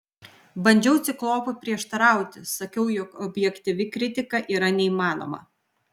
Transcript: bandžiau ciklopui prieštarauti sakiau jog objektyvi kritika yra neįmanoma